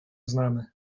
znamy